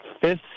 fifth